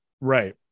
right